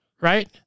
right